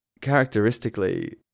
characteristically